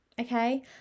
okay